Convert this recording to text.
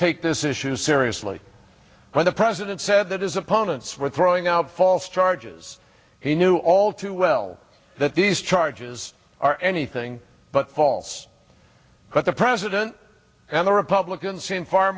take this issue seriously when the president said that his opponents were throwing out false charges he knew all too well that these charges are anything but false but the president and the republicans s